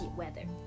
weather